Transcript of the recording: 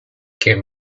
came